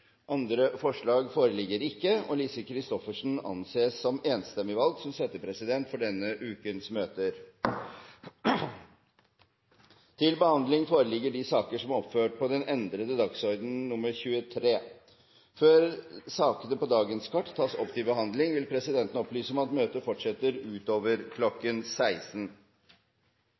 Andre forslag foreligger ikke, og Lise Christoffersen anses enstemmig valgt som settepresident for denne ukens møter. Før sakene på dagens kart tas opp til behandling, vil presidenten opplyse om at møtet fortsetter utover kl. 16.